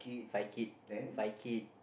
Fai kid Fai kid